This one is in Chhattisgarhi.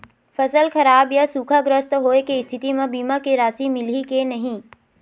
फसल खराब या सूखाग्रस्त होय के स्थिति म बीमा के राशि मिलही के नही?